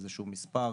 איזשהו מספר,